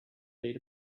feet